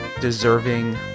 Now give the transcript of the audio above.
deserving